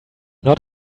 not